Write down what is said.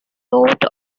wrote